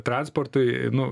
transportui nu